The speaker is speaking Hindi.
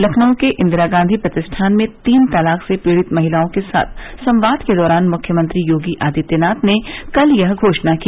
लखनऊ के इंदिरा गांधी प्रतिष्ठान में तीन तलाक से पीड़ित महिलाओं के साथ संवाद के दौरान मुख्यमंत्री योगी आदित्यनाथ ने कल यह घोषणा की